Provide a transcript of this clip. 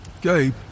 Gabe